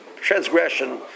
transgression